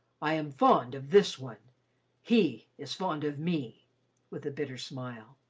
i am fond of this one he is fond of me with a bitter smile.